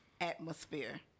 atmosphere